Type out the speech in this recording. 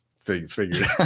figure